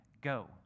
Go